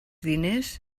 diners